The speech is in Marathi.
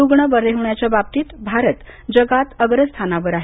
रुग्ण बरे होण्याच्या बाबतीत भारत जगात अग्रस्थानावर आहे